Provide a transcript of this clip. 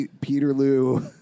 Peterloo